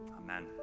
Amen